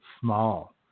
small